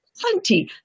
plenty